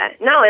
No